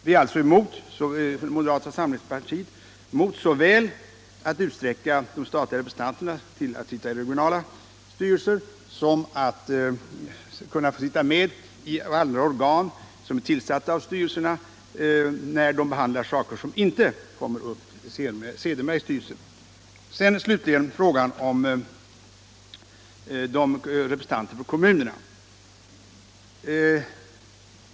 Vi är alltså inom moderata samlingspartiet emot statliga representanter såväl i regionala styrelser som i andra organ som är tillsatta av styrelserna, när dessa organ behandlar frågor som sedermera inte kommer upp i styrelsen. Slutligen till frågan om representanter för kommunerna.